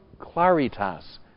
claritas